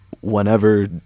whenever